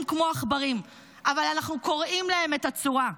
כמו עכברים אבל אנחנו קורעים להם את הצורה.